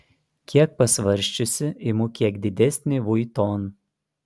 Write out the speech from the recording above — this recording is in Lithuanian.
kiek pasvarsčiusi imu kiek didesnį vuitton